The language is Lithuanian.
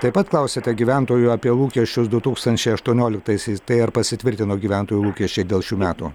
taip pat klausėte gyventojų apie lūkesčius du tūkstančiai aštuonioliktaisiais tai ar pasitvirtino gyventojų lūkesčiai dėl šių metų